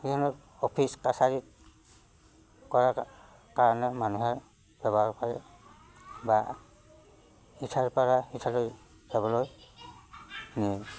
সেইখনত অফিচ কাছাৰীত কৰাৰ কাৰণে মানুহে ব্যৱহাৰ কৰে বা ইঠাইৰপৰা সিঠাইলৈ যাবলৈ নিয়ে